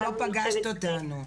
את לא פגשת אותנו.